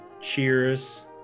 Cheers